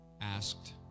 asked